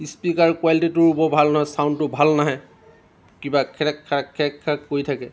speaker কোৱালিটীটোও বৰ ভাল নহয় চাউণ্ডটো ভাল নাহে কিবা খেৰেক খাৰাক খেৰেক খাৰাক কৰি থাকে